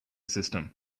system